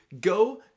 go